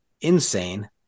insane